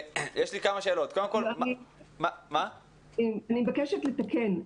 אני מבקשת לתקן.